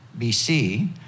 BC